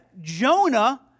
Jonah